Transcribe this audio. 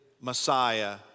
Messiah